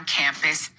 campus